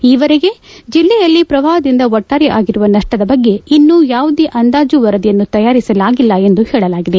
ಈವರೆಗೆ ಜಿಲ್ಲೆಯಲ್ಲಿ ಪ್ರವಾಹದಿಂದ ಒಟ್ಚಾರೆ ಆಗಿರುವ ನಷ್ಟದ ಬಗ್ಗೆ ಇನ್ನು ಯಾವುದೇ ಅಂದಾಜು ವರದಿಯನ್ನು ತಯಾರಿಸಲಾಗಿಲ್ಲ ಎಂದು ಹೇಳಲಾಗಿದೆ